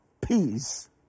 peace